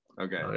Okay